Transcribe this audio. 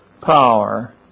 power